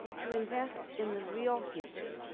to invest in the real future,